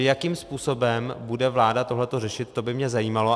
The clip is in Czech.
Jakým způsobem bude vláda tohleto řešit, to by mě zajímalo.